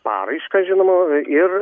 paraišką žinoma ir